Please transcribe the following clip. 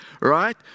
Right